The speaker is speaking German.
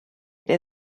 der